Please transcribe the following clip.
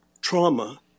trauma